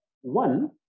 One